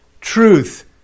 truth